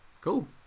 cool